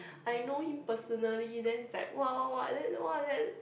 I know him personally then it's like what what what